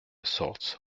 soorts